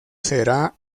será